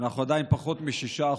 אנחנו עדיין בפחות מ-6%.